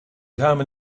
ramen